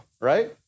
right